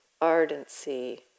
ardency